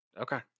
Okay